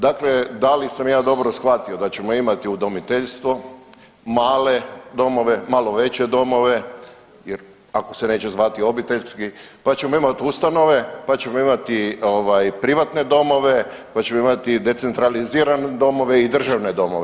Dakle, da li sam ja dobro shvatio da ćemo imati udomiteljstvo, male domove, malo veće domove jer ako se neće zvati obiteljski, pa ćemo imati ustanove, pa ćemo imati privatne domove, pa ćemo imati decentralizirane domove i državne domove?